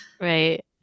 right